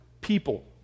people